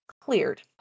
cleared